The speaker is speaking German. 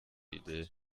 idee